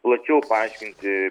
plačiau paaiškinti